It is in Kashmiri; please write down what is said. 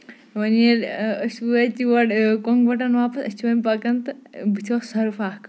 وۄنۍ ییٚلہِ أسۍ وٲتۍ یور کۄنگوَٹن واپَس أسۍ چھِ وۄنۍ پَکان تہٕ بٔتھِ اوس سَرُف اکھ